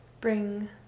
bring